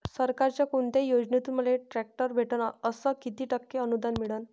सरकारच्या कोनत्या योजनेतून मले ट्रॅक्टर भेटन अस किती टक्के अनुदान मिळन?